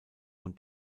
und